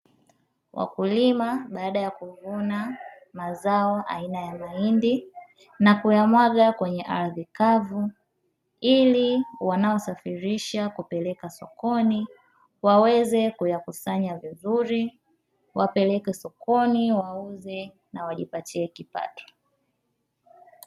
Wakulima baada ya kuvuna mazao aina a mahindi na kuyamwaga kwenye ardhi kavu. Ili wanao safirisha kupeleka sokoni waweze kuyakusanya vizuri wapeleke sokoni wauze na wajipatie kipato.